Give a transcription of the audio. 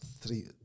three